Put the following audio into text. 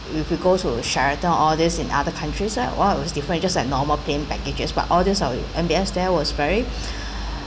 if you go to sheraton all this in other countries leh !wow! it was different it just like normal paying packages but all these of M_B_S there was very